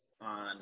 on